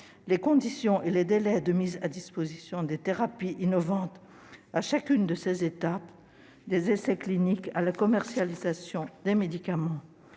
les conditions et les délais de mise à disposition des thérapies innovantes à chacune des étapes, des essais cliniques à la commercialisation des médicaments